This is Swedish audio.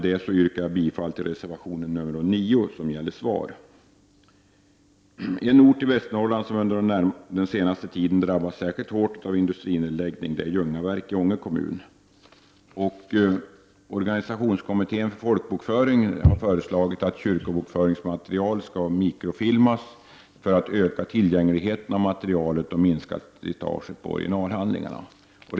Jag yrkar bifall till reservation nr 9. En ort i Västernorrland som under den senaste tiden drabbats särskilt hårt av industrinedläggning är Ljungaverk i Ånge kommun. Organisationskommittén för folkbokföringen har föreslagit att kyrkobokföringsmaterialet skall mikrofilmas för att öka tillgängligheten av materialet och för att slitaget på originalhandlingarna skall minska.